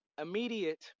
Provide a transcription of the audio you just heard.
immediate